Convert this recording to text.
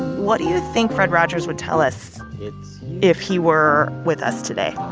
what do you think fred rogers would tell us if he were with us today.